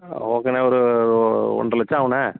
ஓகேண்ணா ஒரு ஒன்றரை லட்சம் ஆகுண்ணா